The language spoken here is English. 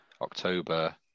October